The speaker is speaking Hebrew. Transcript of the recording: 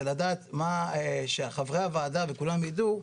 זה לדעת שחברי הוועדה וכולם ידעו,